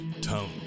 Tone